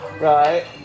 Right